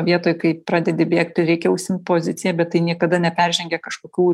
vietoj kai pradedi bėgti reikia užsiimt poziciją bet tai niekada neperžengia kažkokių